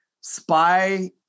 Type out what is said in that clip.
Spy